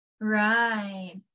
Right